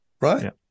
Right